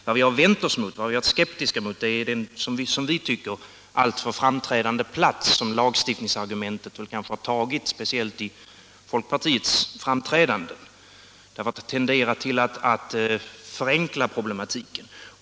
Vad vi vänt oss mot, vad vi har varit skeptiska mot är den — enligt vår mening - alltför dominerande plats som lagstiftningsargumentet intagit, speciellt i folkpartiets framträdanden. Och detta ser vi som en tendens att förenkla problematiken.